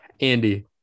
Andy